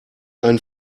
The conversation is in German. ein